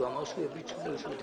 איפה ה-60 מיליון שקלים